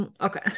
okay